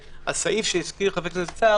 הסעיף שהזכיר חבר הכנסת סער,